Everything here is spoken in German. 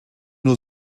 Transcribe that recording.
nur